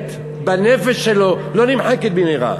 הצלקת בנפש שלו לא נמחקת במהרה.